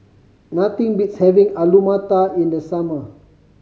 nothing beats having Alu Matar in the summer